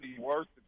worst